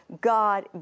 God